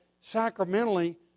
sacramentally